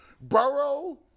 Burrow